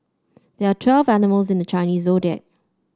there are twelve animals in the Chinese Zodiac